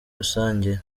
rusange